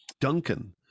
Duncan